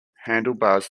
handlebars